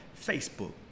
Facebook